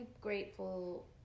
grateful